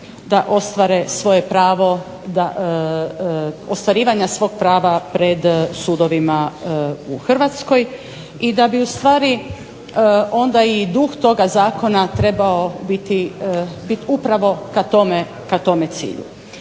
da ostvare svoje pravo, ostvarivanja svog prava pred sudovima u Hrvatskoj i da bi ustvari onda i duh toga zakona trebao bit upravo ka tome cilju.